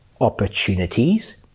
opportunities